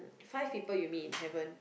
Five People You Meet in heaven